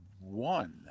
one